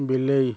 ବିଲେଇ